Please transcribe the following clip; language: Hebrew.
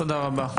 תודה רבה.